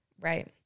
Right